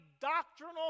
doctrinal